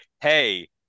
hey